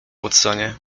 watsonie